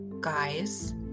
guys